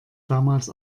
damals